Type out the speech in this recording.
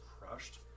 crushed